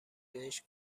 بهش